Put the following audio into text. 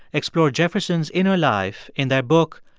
explore jefferson's inner life in their book,